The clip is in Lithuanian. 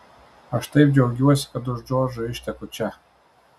aš taip džiaugiuosi kad už džordžo išteku čia